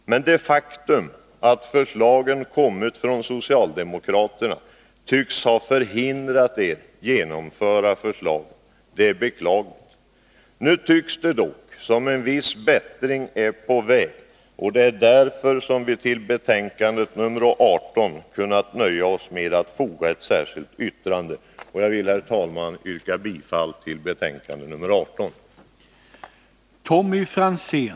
Men det faktum att förslagen kom från socialdemokraterna tycks ha hindrat er att genomföra förslagen. Det är beklagligt. Nu tycks dock en viss förbättring vara på väg, och det är därför som vi när det gäller betänkande nr 18 kunnat nöja oss med att avge ett särskilt yttrande. Jag vill därför, herr talman, yrka bifall till hemställan i betänkande nr 18.